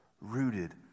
rooted